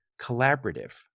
collaborative